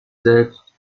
selbst